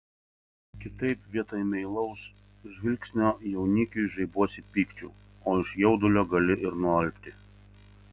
kitaip vietoj meilaus žvilgsnio jaunikiui žaibuosi pykčiu o iš jaudulio gali ir nualpti